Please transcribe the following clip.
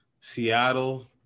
Seattle